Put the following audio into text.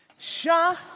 shine